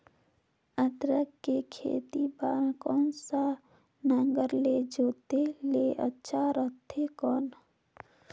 अदरक के खेती बार कोन सा नागर ले जोते ले अच्छा रथे कौन?